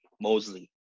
Mosley